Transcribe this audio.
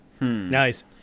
Nice